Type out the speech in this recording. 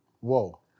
Whoa